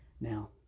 Now